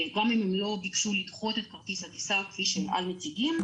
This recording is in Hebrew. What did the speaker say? גם אם הם לא ביקשו לדחות את כרטיס הטיסה כפי שאל על מציגים,